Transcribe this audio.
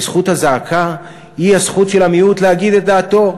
וזכות הזעקה היא הזכות של המיעוט להגיד את דעתו.